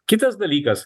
kitas dalykas